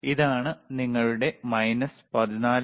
ഇതാണ് നിങ്ങളുടെ മൈനസ് 14